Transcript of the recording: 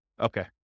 Okay